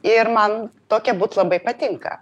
ir man tokia būt labai patinka